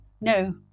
No